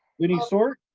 any sort.